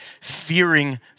fearing